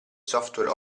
software